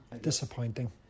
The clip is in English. Disappointing